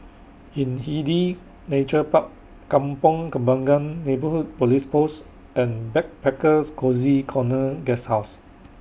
Hindhede Nature Park Kampong Kembangan Neighbourhood Police Post and Backpackers Cozy Corner Guesthouse